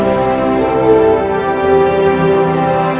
or